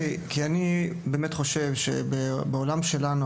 אני באמת חושב שבעולם שלנו,